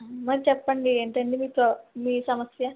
మరి చెప్పండి ఏంటి అండి మీ ప్రొ మీ సమస్య